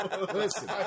listen